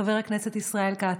חבר הכנסת ישראל כץ,